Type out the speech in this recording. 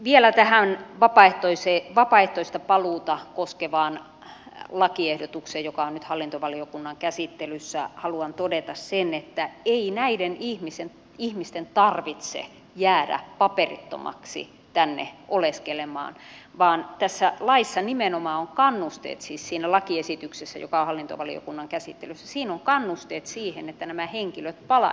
vielä tähän vapaaehtoista paluuta koskevaan lakiehdotukseen joka on nyt hallintovaliokunnan käsittelyssä haluan todeta sen että ei näiden ihmisten tarvitse jäädä paperittomiksi tänne oleskelemaan vaan tässä laissa nimenomaan siis siinä lakiesityksessä joka on hallintovaliokunnan käsittelyssä on kannusteet siihen että nämä henkilöt palaisivat